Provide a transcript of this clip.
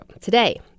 Today